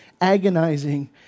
agonizing